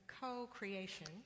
co-creation